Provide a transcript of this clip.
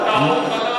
הילדים שלך אוכלים.